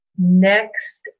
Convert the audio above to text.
Next